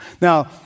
Now